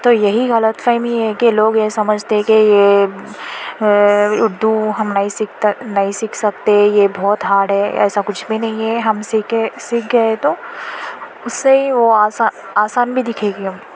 تو یہی غلط فہمی ہے کہ لوگ یہ سمجھتے ہیں کہ یہ اردو ہم نہیں نہیں سیکھ سکتے یہ بہت ہارڈ ہے ایسا کچھ بھی نہیں ہے ہم سیکھے سیکھ گئے تو اس سے وہ آسان آسان بھی دکھے گی ہم کو